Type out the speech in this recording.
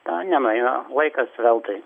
na nenueina laikas veltui